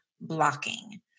blocking